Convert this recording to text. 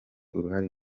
uruhare